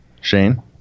Shane